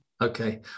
okay